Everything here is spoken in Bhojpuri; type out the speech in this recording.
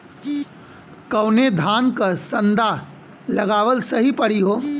कवने धान क संन्डा लगावल सही परी हो?